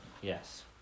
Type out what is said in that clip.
Yes